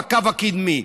בקו הקדמי.